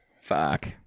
Fuck